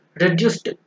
reduced